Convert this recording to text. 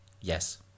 Yes